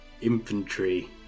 Infantry